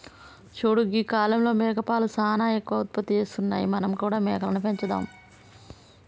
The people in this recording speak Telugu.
చూడు గీ కాలంలో మేకపాలు సానా ఎక్కువ ఉత్పత్తి చేస్తున్నాయి మనం కూడా మేకలని పెంచుదాం